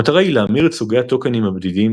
המטרה היא להמיר את סוגי הטוקנים הבדידים